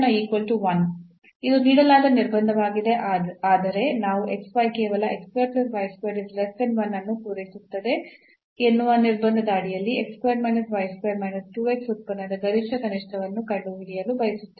ಇದು ನೀಡಲಾದ ನಿರ್ಬಂಧವಾಗಿದೆ ಅಂದರೆ ನಾವು x y ಕೇವಲ ಅನ್ನು ಪೂರೈಸುತ್ತದೆ ಎನ್ನುವ ನಿರ್ಬಂಧದ ಅಡಿಯಲ್ಲಿ ಉತ್ಪನ್ನದ ಗರಿಷ್ಠ ಕನಿಷ್ಠವನ್ನು ಕಂಡುಹಿಡಿಯಲು ಬಯಸುತ್ತೇವೆ